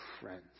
friends